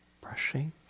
brushing